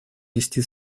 вести